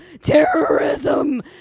terrorism